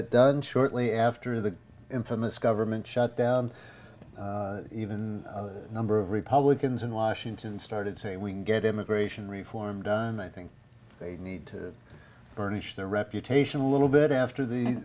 it done shortly after the infamous government shutdown even a number of republicans in washington started saying we can get immigration reform done i think they need to burnish their reputation a little bit after